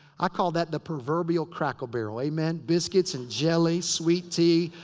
i call that the proverbial cracker barrel. amen? biscuits and jelly. sweet tea.